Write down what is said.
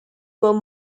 were